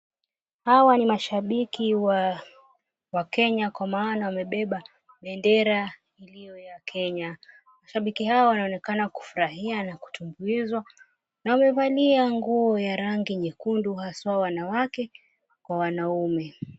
Hawa ni mashabiki wa Kenya, kwa maana wamebeba bendera iliyo ya Kenya. Mashabiki hawa wanaonekana kufurahia na kutumbuizwa, na wamevalia nguo ya rangi nyekundu, haswa wanawake kwa wanaume.